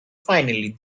finally